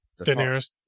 Daenerys